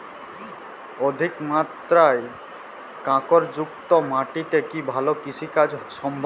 অধিকমাত্রায় কাঁকরযুক্ত মাটিতে কি ভালো কৃষিকাজ সম্ভব?